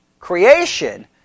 Creation